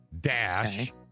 dash